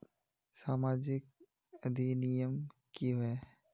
सामाजिक अधिनियम की होय है?